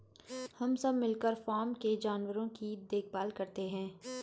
हम सब मिलकर फॉर्म के जानवरों की देखभाल करते हैं